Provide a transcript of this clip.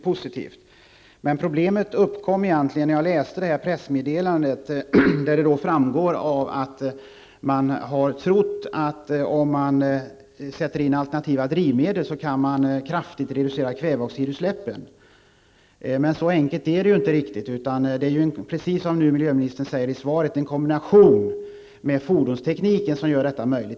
Problemet uppkom egentligen när jag läste det här pressmeddelandet där det framgår att man har trott att man kraftigt kan reducera kväveoxidutsläppen om man sätter in alternativa drivmedel. Det är inte riktigt så enkelt. Det är precis som miljöministern säger i svaret att en kombination med fordonstekniken gör detta möjligt.